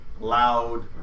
loud